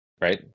right